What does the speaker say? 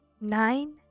Nine